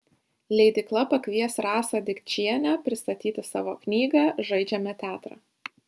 leidykla pakvies rasą dikčienę pristatyti savo knygą žaidžiame teatrą